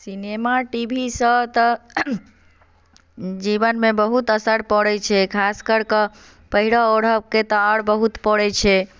cinema TV सँ तऽ जीवनमे बहुत असर पड़ैत छै खास करिके पहिरय ओढ़यके तऽ आओर बहुत पड़ैत छै